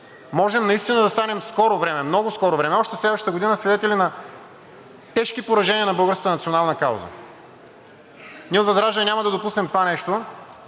можем наистина да станем скоро време, много скоро време – още следващата година, свидетели на тежки поражения на българската национална кауза. Ние от ВЪЗРАЖДАНЕ няма да допуснем това нещо